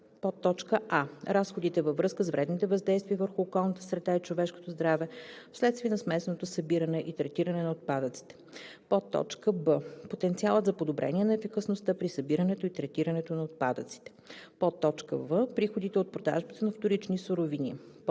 предвид: а) разходите във връзка с вредните въздействия върху околната среда и човешкото здраве вследствие на смесеното събиране и третиране на отпадъците; б) потенциалът за подобрения на ефикасността при събирането и третирането на отпадъците; в) приходите от продажбата на вторични суровини;